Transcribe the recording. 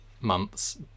months